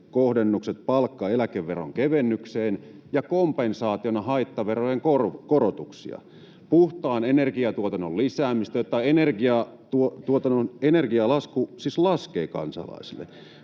kohdennukset palkka- ja eläkeveron kevennykseen ja kompensaationa haittaverojen korotuksia, puhtaan energiantuotannon lisäämistä, jotta energialasku laskee kansalaisilla,